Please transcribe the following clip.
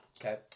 Okay